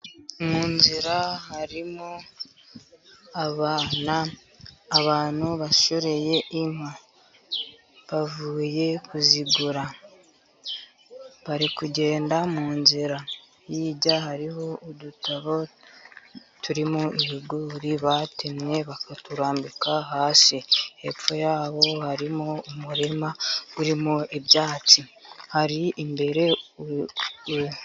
Mu nzira harimo abana, abantu bashoreye inka, bavuye kuzigura, bari kugenda mu nzira, hijya hariho udutabo turimo ibigori batemye bakaturambika hasi, hepfo yabo harimo umurima urimo ibyatsi, hari imbere...